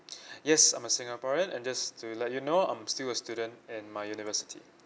yes I'm a singaporean and just to let you know I'm still a student in my university